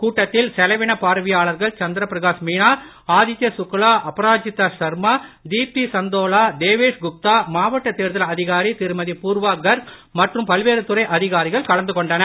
கூட்டத்தில் செலவின பார்வையாளர்கள் சந்திரபிரகாஷ் மீனா ஆதித்யா சுக்லா அபராஜிதா சர்மா தீப்தி சந்தோலா டேவேஷ் குப்தா மாவட்ட தேர்தல் அதிகாரி திருமதி பூர்வா கர்க் மற்றும் பல்வேறு துறை அதிகாரிகள் கலந்து கொண்டனர்